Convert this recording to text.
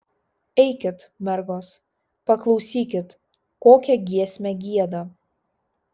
eikit mergos paklausykit kokią giesmę gieda